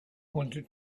wanted